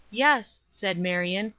yes, said marion,